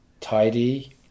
tidy